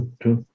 true